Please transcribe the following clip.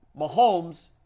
Mahomes